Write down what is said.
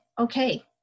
okay